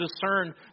discern